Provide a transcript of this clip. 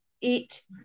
eat